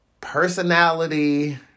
personality